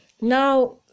Now